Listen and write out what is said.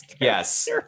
Yes